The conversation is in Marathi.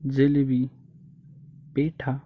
जिलेबी पेठा